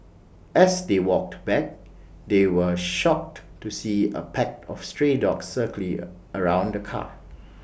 as they walked back they were shocked to see A pack of stray dogs circling around the car